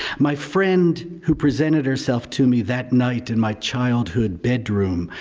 my friend who presented herself to me that night in my childhood bedroom,